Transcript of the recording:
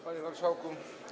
Panie Marszałku!